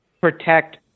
protect